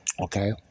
Okay